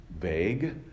vague